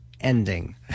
ending